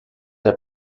der